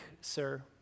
sir